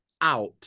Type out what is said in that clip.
out